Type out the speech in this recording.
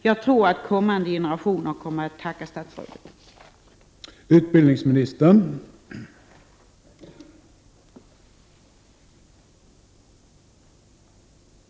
Jag tror att kommande generationer kommer att tacka statsrådet för det.